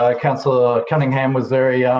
ah councillor cunningham was very yeah